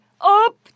Up